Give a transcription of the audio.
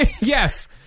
Yes